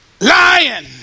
lying